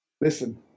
Listen